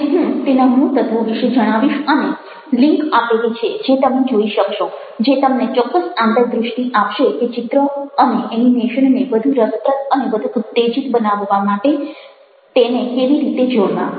અને હું તેના મૂળ તત્વો વિશે જણાવીશ અને લિન્ક આપેલી છે જે તમે જોઇ શકશો જે તમને ચોક્કસ આંતરદ્રષ્ટિ આપશે કે ચિત્ર અને એનિમેશનને વધુ રસપ્રદ અને વધુ ઉત્તેજિત બનાવવા માટે તેને કેવી રીતે જોડવા